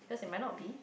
cause it might not be